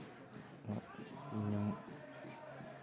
ᱤᱧᱟᱹᱝ